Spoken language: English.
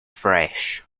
fresh